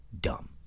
dumb